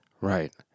Right